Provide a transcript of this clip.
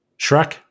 Shrek